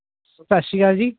ਸਤਿ ਸ਼੍ਰੀ ਅਕਾਲ ਜੀ